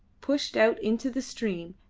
pushed out into the stream,